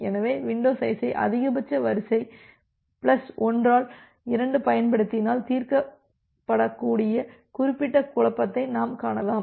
எனவே வின்டோ சைஸை அதிகபட்ச வரிசை பிளஸ் 1 ஆல் 2 பயன்படுத்தினால் தீர்க்கப்படக்கூடிய குறிப்பிட்ட குழப்பத்தை நாம் காணலாம்